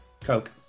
Coke